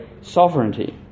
sovereignty